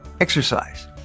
exercise